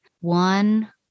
One